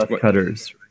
cutters